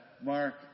Mark